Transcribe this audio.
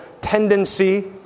tendency